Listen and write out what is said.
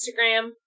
Instagram